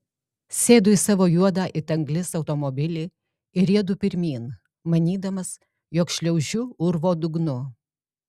sėdu į savo juodą it anglis automobilį ir riedu pirmyn manydamas jog šliaužiu urvo dugnu